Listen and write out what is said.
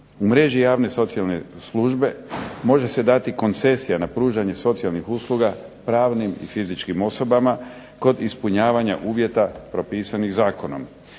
U mreži javne socijalne službe može se dati koncesija na pružanje socijalnih usluga pravnim i fizičkim osobama kod ispunjavanja uvjeta propisanih zakonom.